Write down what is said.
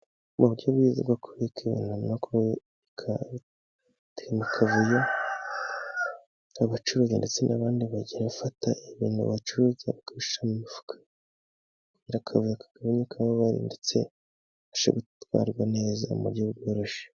Uburyo bwiza bwo kubika ibintu no biteka bitari mu kavuyo, abacuruzi ndetse n'abandi bagenda bafata ibintu bacuruza, bakabirima mu mifukaka kugirango bagabanye akavuyo kaba gahari ,ndetse bibafashe gutwarwa neza umujyi woroshye.